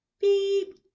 beep